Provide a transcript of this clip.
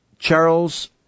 Charles